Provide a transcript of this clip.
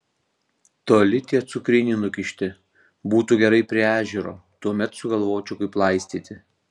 toli tie cukriniai nukišti būtų gerai prie ežero tuomet sugalvočiau kaip laistyti